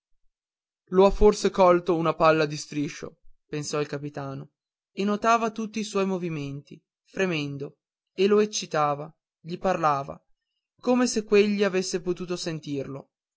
lo ha forse colto una palla di striscio pensò il capitano e notava tutti i suoi movimenti fremendo e lo eccitava gli parlava come se quegli avesse potuto sentirlo